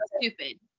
stupid